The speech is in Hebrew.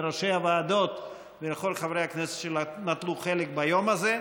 לראשי הוועדות ולכל חברי הכנסת שנטלו חלק ביום הזה.